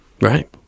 Right